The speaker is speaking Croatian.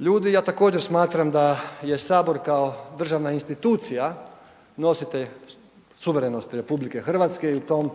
ljudi, ja također smatram da je HS kao državna institucija nositelj suverenosti RH i u tom